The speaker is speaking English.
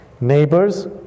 neighbors